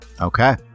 Okay